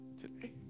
today